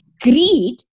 greed